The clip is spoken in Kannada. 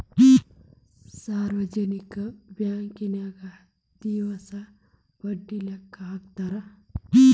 ಸಾರ್ವಜನಿಕ ಬಾಂಕನ್ಯಾಗ ದಿವಸ ಬಡ್ಡಿ ಲೆಕ್ಕಾ ಹಾಕ್ತಾರಾ